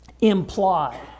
imply